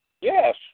yes